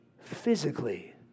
physically